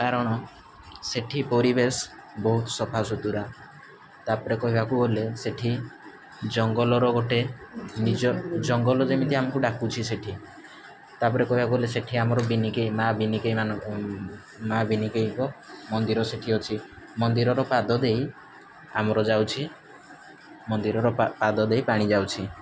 କାରଣ ସେଠି ପରିବେଶ ବହୁତ ସଫା ସୁତୁରା ତାପରେ କହିବାକୁ ଗଲେ ସେଠି ଜଙ୍ଗଲର ଗୋଟେ ନିଜ ଜଙ୍ଗଲ ଯେମିତି ଆମକୁ ଡାକୁଛି ସେଠି ତାପରେ କହିବାକୁ ଗଲେ ସେଠି ଆମର ବିନିକେଇ ମାଆ ବିନିକେଇ ମାଆ ବିନିକେଇଙ୍କ ମନ୍ଦିର ସେଠି ଅଛି ମନ୍ଦିରର ପାଦ ଦେଇ ଆମର ଯାଉଛି ମନ୍ଦିରର ପାଦ ଦେଇ ପାଣି ଯାଉଛି